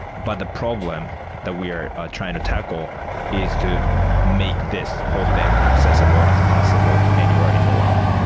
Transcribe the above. but the problem that we are trying to tackle is to make this whole thing accessible as possible to anywhere in the world.